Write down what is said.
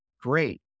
great